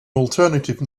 alternative